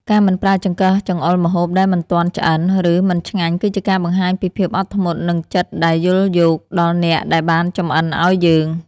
ការមិនប្រើចង្កឹះចង្អុលម្ហូបដែលមិនទាន់ឆ្អិន ឬ មិនឆ្ងាញ់គឺជាការបង្ហាញពីភាពអត់ធ្មត់និងចិត្តដែលយល់យោគដល់អ្នកដែលបានចម្អិនឱ្យយើង។